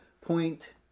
Point